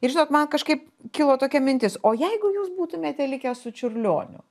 ir žinok man kažkaip kilo tokia mintis o jeigu jūs būtumėte likęs su čiurlioniu